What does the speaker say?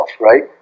right